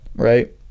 right